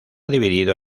dividido